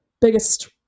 biggest